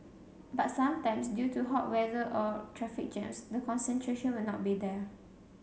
but sometimes due to hot weather or traffic jams the concentration will not be there